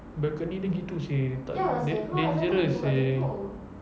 balcony dia gitu seh da~ dangerous seh